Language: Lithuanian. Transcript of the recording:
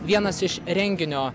vienas iš renginio